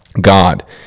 God